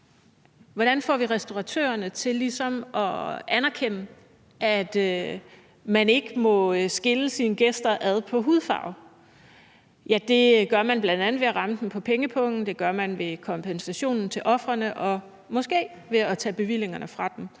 Hvordan får vi restauratørerne til ligesom at anerkende, at man ikke må skille sine gæster ad ud fra hudfarve? Det gør man bl.a. ved at ramme dem på pengepungen, det gør man ved kompensation til ofrene og måske ved at tage bevillingerne fra dem.